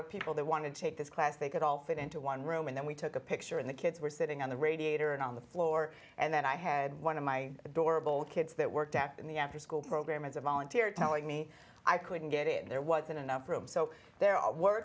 of people that wanted to take this class they could all fit into one room and then we took a picture and the kids were sitting on the radiator and on the floor and then i had one of my adorable kids that worked out in the afterschool program as a volunteer telling me i couldn't get it there wasn't enough room so there